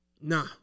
Nah